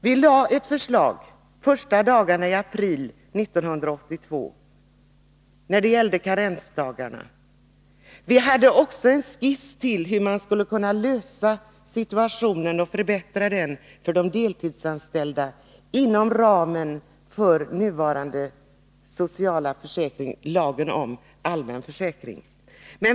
Vi lade fram ett förslag under de första dagarna i april 1982 beträffande karensdagarna. Vi hade också en skiss över-hur man skulle kunna lösa situationen och förbättra den för de deltidsanställda inom ramen för nuvarande sociala försäkring — lagen om allmän försäkring.